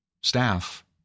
staff